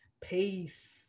peace